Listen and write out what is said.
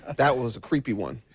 that was a creepy one.